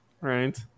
Right